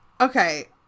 Okay